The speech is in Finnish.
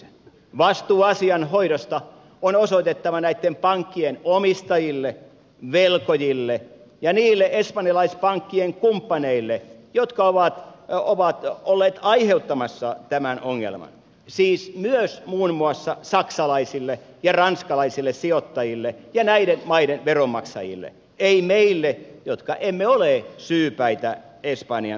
vastuu asian hoidosta on osoitettava näitten pankkien omistajille velkojille ja niille espanjalaispankkien kumppaneille jotka ovat olleet aiheuttamassa tämän ongelman siis myös muun muassa saksalaisille ja ranskalaisille sijoittajille ja näiden maiden veronmaksajille ei meille jotka emme ole syypäitä espanjan asuntokuplaan